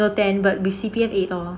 no ten with C_P_F eight lor